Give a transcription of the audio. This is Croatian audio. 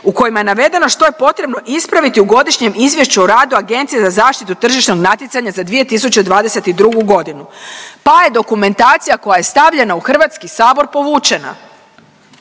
u kojima je navedeno što je potrebno ispraviti u Godišnjem izvješću o radu Agencije za zaštitu tržišnog natjecanja za 2022.g., pa je dokumentacija koja je stavljena u HS povučena.